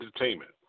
Entertainment